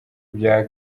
nka